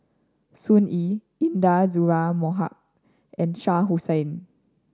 Sun Yee Intan Azura Mokhtar and Shah Hussain